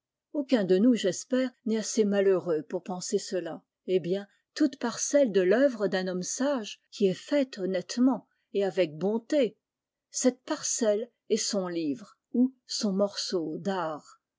aucun de nous j'espère n'est assez malheureux pour penser cela eh bien toute parcelle de l'œuvre d'un homme sage qui est faite honnêtement et avec bonté cette parcelle est son livre ou son morceau d'art